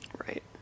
Right